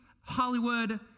Hollywood